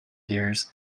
years